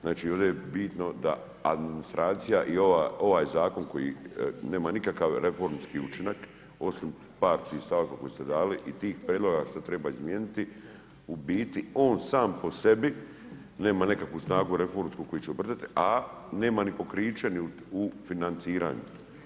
Znači ovdje je bitno da administracija i ovaj zakon koji nema nikakav reformski učinak osim par tih stavaka koje ste dali i tih prijedloga što treba izmijeniti, u biti on sam po sebi nema nekakvu snagu reformsku koju će obrtat, a nema ni pokriće u financiranju.